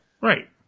Right